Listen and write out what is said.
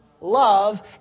love